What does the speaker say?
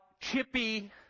Chippy